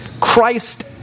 Christ